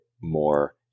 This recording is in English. more